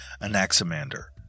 Anaximander